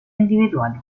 individual